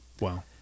Wow